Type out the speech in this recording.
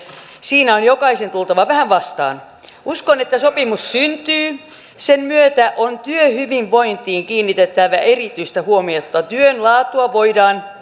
siinä on jokaisen tultava vähän vastaan uskon että sopimus syntyy sen myötä on työhyvinvointiin kiinnitettävä erityistä huomiota työn laatua voidaan